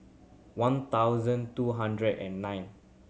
one thousand two hundred and nine